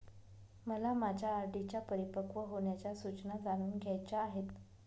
मला माझ्या आर.डी च्या परिपक्व होण्याच्या सूचना जाणून घ्यायच्या आहेत